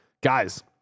guys